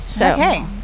Okay